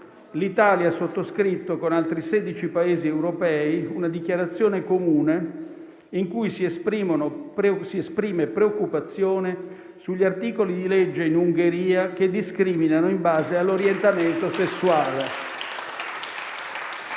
l'Italia ha sottoscritto con altri 16 Paesi europei una dichiarazione comune in cui si esprime preoccupazione sugli articoli di legge in Ungheria che discriminano in base all'orientamento sessuale.